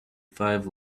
five